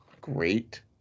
Great